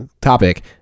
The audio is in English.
topic